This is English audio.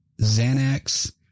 Xanax